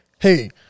Hey